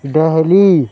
Delhi